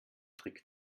trick